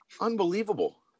Unbelievable